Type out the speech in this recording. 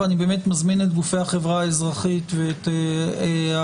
ואני באמת מזמין את גופי החברה האזרחית ואת האקדמיה